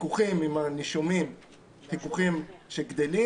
החיכוכים עם הנישומים הם חיכוכים שגדלים